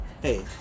Hey